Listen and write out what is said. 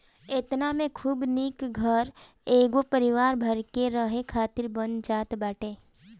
एतना में खूब निक घर एगो परिवार भर के रहे खातिर बन जात बाटे